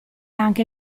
anche